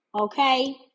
okay